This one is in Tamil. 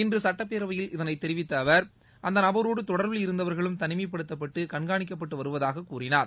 இன்று சுட்டப்பேரவையில் இதனைத் தெரிவித்த அவர் அந்த நபரோடு தொடர்பில் இருந்தவர்களும் தனிமைப்படுத்தப்பட்டு கண்காணிக்கப்பட்டு வருவதாகக் கூறினார்